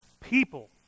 people